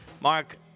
Mark